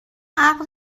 عقد